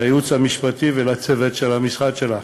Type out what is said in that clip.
לייעוץ המשפטי ולצוות של המשרד שלך,